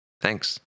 Thanks